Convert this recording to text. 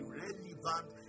relevant